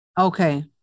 Okay